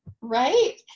Right